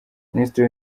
minisitiri